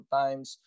times